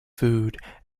food